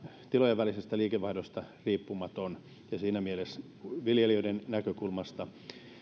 tilojen välisestä liikevaihdosta riippumaton ja siinä mielessä viljelijöiden näkökulmasta